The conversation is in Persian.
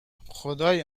خدای